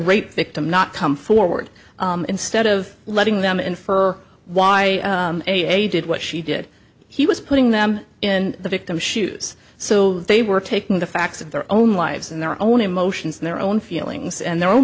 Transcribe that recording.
rape victim not come forward instead of letting them infer why a did what she did he was putting them in the victim's shoes so they were taking the facts of their own lives and their own emotions their own feelings and their own